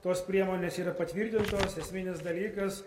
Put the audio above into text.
tos priemonės yra patvirtintos esminis dalykas